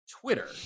Twitter